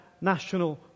national